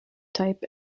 type